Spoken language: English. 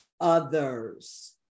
others